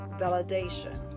validation